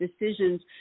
decisions